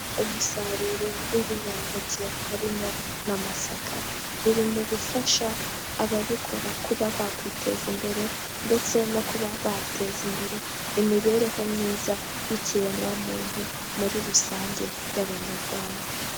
Umusaruro w'ibinyampeke harimo n'amasaka, biri mu bifasha ababikora kuba bakwiteza imbere, ndetse no kuba bateza imbere imibereho myiza y'ikiremwamuntu, muri rusange y'abanyarwanda.